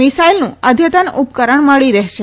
મિસાઈલનું અદ્યતન ઉપકરણ મળી રહેશે